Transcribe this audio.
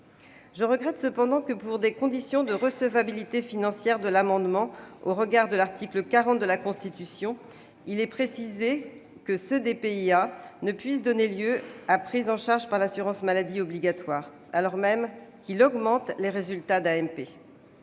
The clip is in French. Je regrette cependant que, pour des conditions de recevabilité financière de l'amendement au regard de l'article 40 de la Constitution, ce DPI-A ne puisse être pris en charge par l'assurance maladie obligatoire, alors même qu'il augmente les résultats d'AMP.